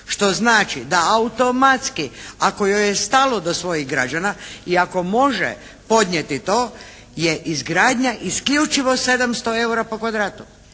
što znači da automatski ako joj je stalo do svojih građana i ako može podnijeti to, je izgradnja isključivo 700 eura po kvadratu